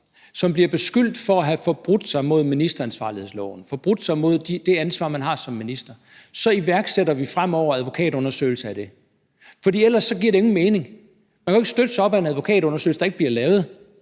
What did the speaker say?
som bliver beskyldt for at have forbrudt sig mod ministeransvarlighedsloven, at have forbrudt sig mod det ansvar, man har som minister, så iværksætter vi en advokatundersøgelse af det? For ellers giver det ingen mening. Man kan jo ikke støtte sig op ad en advokatundersøgelse, der ikke bliver lavet.